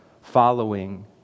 following